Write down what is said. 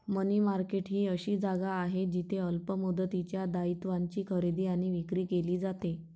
मनी market ही अशी जागा आहे जिथे अल्प मुदतीच्या दायित्वांची खरेदी आणि विक्री केली जाते